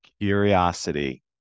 Curiosity